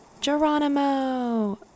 Geronimo